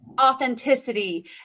authenticity